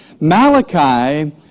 Malachi